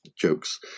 jokes